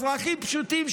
אזרחים פשוטים,